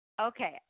okay